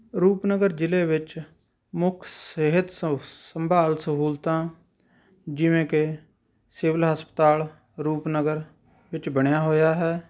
ਰੂਪਨਗਰ ਜ਼ਿਲ੍ਹੇ ਵਿੱਚ ਮੁੱਖ ਸਿਹਤ ਸ ਸੰਭਾਲ ਸਹੂਲਤਾਂ ਜਿਵੇਂ ਕਿ ਸਿਵਲ ਹਸਪਤਾਲ ਰੂਪਨਗਰ ਵਿੱਚ ਬਣਿਆ ਹੋਇਆ ਹੈ